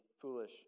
foolish